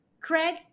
Craig